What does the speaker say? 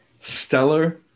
stellar